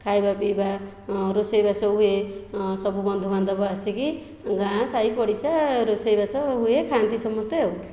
ଖାଇବା ପିଇବା ରୋଷେଇ ବାସ ହୁଏ ସବୁ ବନ୍ଧୁବାନ୍ଧବ ଆସିକି ଗାଁ ସାଇ ପଡିଶା ରୋଷେଇ ବାସ ହୁଏ ଖାଆନ୍ତି ସମସ୍ତେ ଆଉ